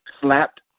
slapped